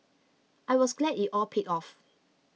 I was glad it all paid off